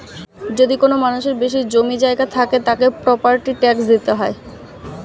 যদি কোনো মানুষের বেশি জমি জায়গা থাকে, তাকে প্রপার্টি ট্যাক্স দিতে হয়